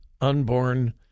unborn